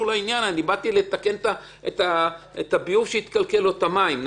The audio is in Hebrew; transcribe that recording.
לעניין ומספר שהוא בא לתקן את הביוב שהתקלקל או את המים.